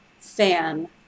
fan